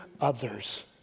others